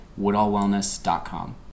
woodallwellness.com